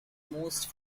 most